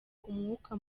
umwuka